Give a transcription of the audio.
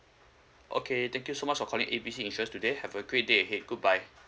okay thank you so much for calling A B C insurance today have a great day ahead goodbye